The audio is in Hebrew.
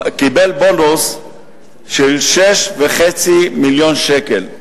קיבל בונוס של 6.5 מיליון שקל.